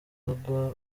bwateguwe